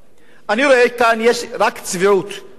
אני רואה שיש כאן רק צביעות, רבותי.